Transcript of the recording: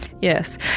yes